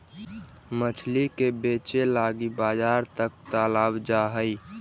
मछली के बेचे लागी बजार तक लाबल जा हई